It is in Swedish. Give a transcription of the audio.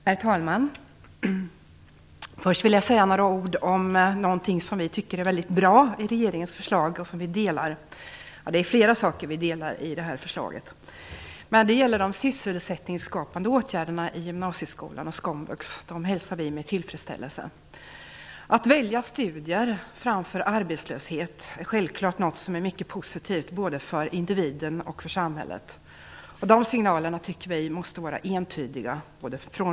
Herr talman! Först vill jag säga några ord om något som vi tycker är väldigt bra i regeringens förslag - det är flera saker som är bra i förslaget. Det gäller de sysselsättningsskapande åtgärderna i gymnasieskolan och komvux som vi hälsar med tillfredsställelse. Att välja studier framför arbetslöshet är självfallet något som är mycket positivt, både för individen och för samhället. Dessa signaler från regeringen måste vara entydiga.